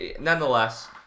Nonetheless